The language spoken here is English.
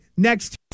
Next